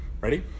Ready